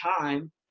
time